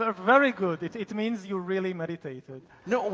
ah very good, it means you really meditated. no,